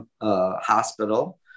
Hospital